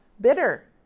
Bitter